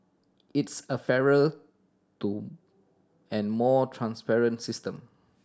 it's a fairer to and more transparent system